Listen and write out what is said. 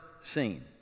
seen